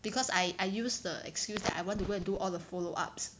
because I I use the excuse that I want to go and do all the follow ups